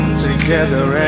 together